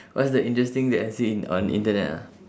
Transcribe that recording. what's the interesting that I see in on the internet ah